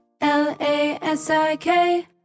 L-A-S-I-K